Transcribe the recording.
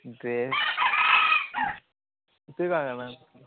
dress ତୁ କ'ଣ ଆଣିଲୁ